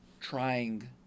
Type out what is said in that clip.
trying